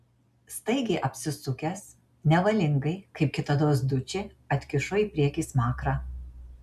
staigiai apsisukęs nevalingai kaip kitados dučė atkišo į priekį smakrą